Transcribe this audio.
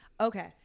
okay